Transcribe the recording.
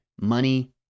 money